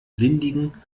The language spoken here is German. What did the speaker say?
windigen